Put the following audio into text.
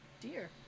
dear